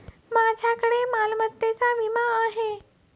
माझ्याकडे मालमत्तेचा विमा आहे